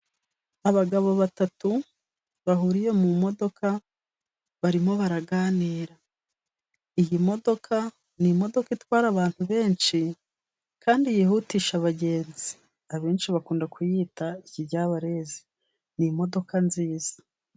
Abagabo batatu bahuriye mu modoka barimo baraganira ,iyi modoka ni imodoka itwara abantu benshi kandi yihutisha abagenzi ,abenshi bakunda kuyita ikiryabarezi ,ni imodoka nziza.